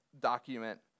document